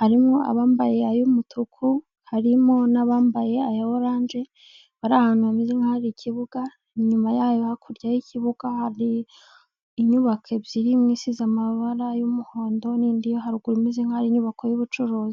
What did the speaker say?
harimo abambaye ay'umutuku harimo n'abambaye aya oranje. Bari ahantu hameze nk'ahari ikibuga, inyuma yayo hakurya y'ikibuga hari inyubako ebyiri, imwe isize amabara y'umuhondo n'indi yo haruguru imeze nkaho ari inyubako y'ubucuruzi.